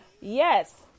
Yes